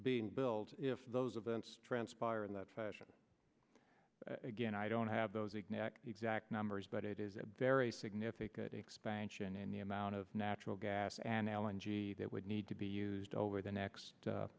being built if those events transpire in that fashion again i don't have those ignore the exact numbers but it is a very significant expansion in the amount of natural gas and alan g that would need to be used over the next